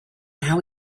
how